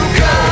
go